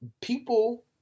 People